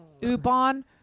Ubon